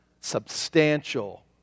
substantial